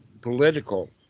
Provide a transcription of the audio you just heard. political